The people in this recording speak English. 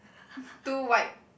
two white